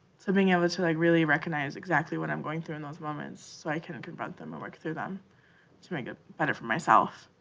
so, being able to like really recognize exactly what i'm going through in those moments so i can confront them and work through them to make it better for myself.